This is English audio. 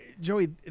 Joey